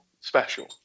special